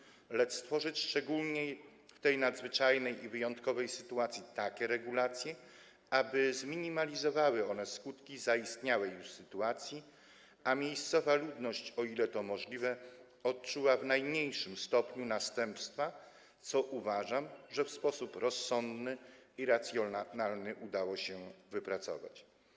Zamiast tego powinniśmy stworzyć, szczególnie w tej nadzwyczajnej i wyjątkowej sytuacji, takie regulacje, aby zminimalizowały one skutki zaistniałej już sytuacji, a miejscowa ludność, o ile to możliwe, odczuła w najmniejszym stopniu następstwa, co - jak uważam - w sposób rozsądny i racjonalny udało się wypracować.